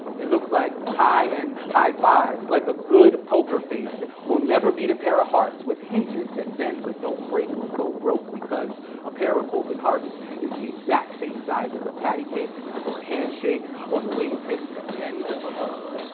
it looks like high and high fives like a good poker face that will never beat a pair of hearts with hinges that bend but don't break or go broke, because a pair of open hearts is the exact same size as a patty-cake or a handshake or the wing tips at the end of a hug.